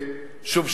שוב,